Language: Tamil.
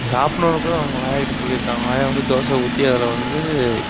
சாப்பிடுணுன்னுருக்குனு அவங்க ஆயா கிட்ட சொல்லியிருக்காங்க ஆயா வந்து தோசை ஊற்றி அதில் வந்து